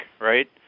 right